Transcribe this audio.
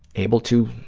able to